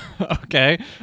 Okay